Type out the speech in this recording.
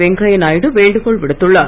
வெங்கய்யா நாயுடு வேண்டுகோள் விடுத்துள்ளார்